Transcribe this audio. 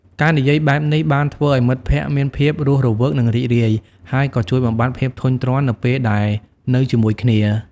ការនិយាយបែបនេះបានធ្វើឱ្យមិត្តភាពមានភាពរស់រវើកនិងរីករាយ ហើយក៏ជួយបំបាត់ភាពធុញទ្រាន់នៅពេលដែលនៅជាមួយគ្នា។